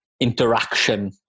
interaction